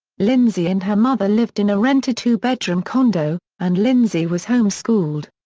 lindsey and her mother lived in a rented two-bedroom condo, and lindsey was home-schooled.